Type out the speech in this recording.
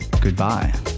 goodbye